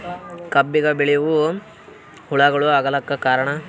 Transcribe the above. ಕಬ್ಬಿಗ ಬಿಳಿವು ಹುಳಾಗಳು ಆಗಲಕ್ಕ ಕಾರಣ?